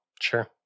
Sure